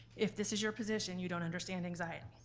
if this is your position, you don't understand anxiety.